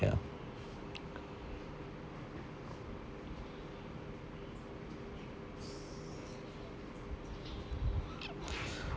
ya